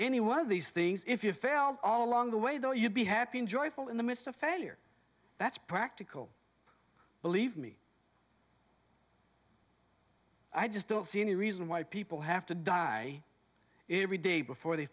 any one of these things if you felt all along the way though you'd be happy and joyful in the midst of failure that's practical believe me i just don't see any reason why people have to die every day before they